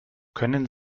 können